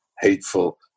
hateful